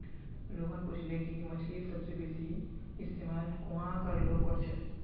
रोहन पूछले कि मछ्लीर सबसे बेसि इस्तमाल कुहाँ कार लोग कर छे